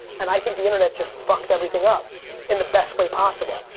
and i think the internet just fucked everything up in the best way possible.